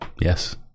Yes